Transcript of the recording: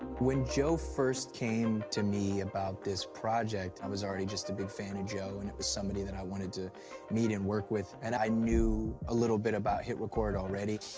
when joe first came to me about this project, i was already just a big fan of and joe, and it was somebody that i wanted to meet and work with, and i knew a little bit about hitrecord already.